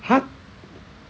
!huh!